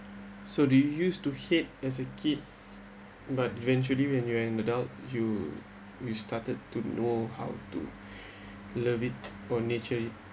so do you used to hate as a kid but eventually when you're an adult you you started to know how to love it or nurture it